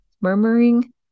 murmuring